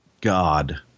God